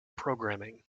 programming